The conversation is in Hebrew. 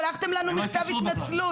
שלחתם לנו מכתב התנצלות.